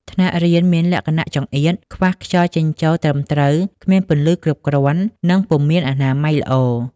ថ្នាក់រៀនមានលក្ខណៈចង្អៀត ខ្វះខ្យល់ចេញចូលត្រឹមត្រូវ គ្មានពន្លឺគ្រប់គ្រាន់ និងពុំមានអនាម័យល្អ។